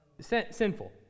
Sinful